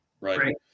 Right